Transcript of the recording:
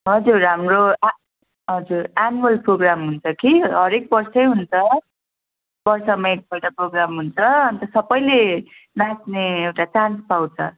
हजुर हाम्रो ए हजुर एनुवल प्रोग्राम हुन्छ कि हरेक वर्षै हुन्छ वर्षमा एकपल्ट प्रोग्राम हुन्छ अन्त सबैले नाच्ने एउटा चान्स पाउँछ